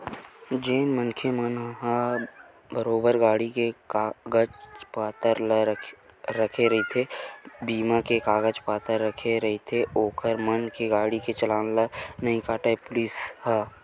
जेन मनखे मन ह बरोबर गाड़ी के कागज पतर ला रखे रहिथे बीमा के कागज पतर रखे रहिथे ओखर मन के गाड़ी के चलान ला नइ काटय पुलिस ह